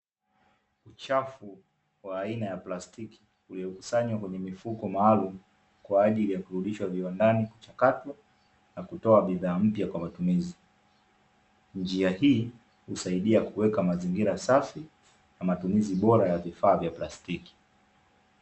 Uchafu wa aina ya plastiki iliokusanywa kwenye mifuko maalumu kwa ajili ya kurudishwa viwandani kuchakatwa na kutoa bidhaa mpya kwa matumizi. Njia hii husaidia kuweka mazingira safi na matumizi bora ya vifaa vya plastiki.